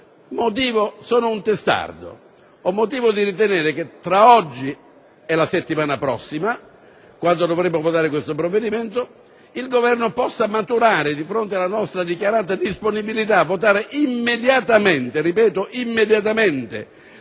sono un testardo: ho motivo di ritenere che tra oggi e la settimana prossima, quando dovremo votare questo provvedimento, il Governo possa maturare un orientamento diverso di fronte alla nostra dichiarata disponibilità a votare immediatamente (lo ripeto) le modifiche